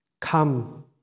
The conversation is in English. Come